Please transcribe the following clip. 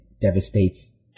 devastates